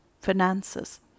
finances